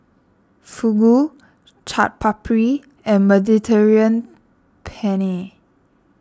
Fugu Chaat Papri and Mediterranean Penne